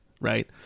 right